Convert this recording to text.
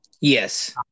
Yes